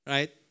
Right